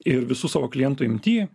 ir visų savo klientų imty